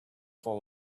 form